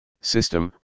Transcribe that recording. system